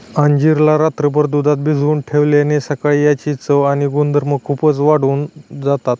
अंजीर ला रात्रभर दुधात भिजवून ठेवल्याने सकाळी याची चव आणि गुणधर्म खूप वाढून जातात